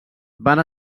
van